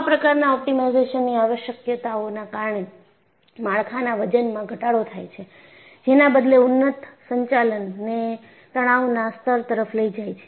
આવા પ્રકારના ઑપ્ટિમાઇઝેશનની આવશ્યકતાઓના કારણે માળખાના વજનમાં ઘટાડો થાય છે જેના બદલે ઉન્નત સંચાલનને તણાવના સ્તર તરફ લઈ જાય છે